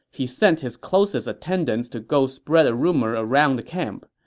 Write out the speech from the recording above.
he sent his closest attendants to go spread a rumor around the camp.